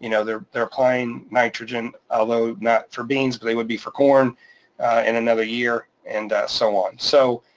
you know they're they're applying nitrogen, although not for beans, but it would be for corn in another year and so on. so